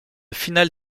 finale